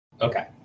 Okay